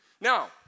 Now